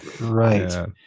right